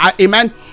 amen